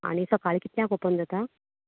आनी सकाळी कितक्यांक ओपन जाता